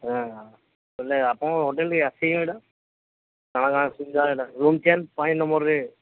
ହଁ ହେଲେ ଆପଣଙ୍କ ହୋଟେଲ୍ ଟିକେ ଆସିି ଏଇଟା କାଣା କାଣା ଜା ଏଇଟା ରୁମ୍ ଚେଞ୍ଜ ପାଇଁ ନ ମୋରରେ